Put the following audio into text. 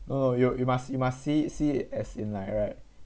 no no no you you must you must see it see it as in like right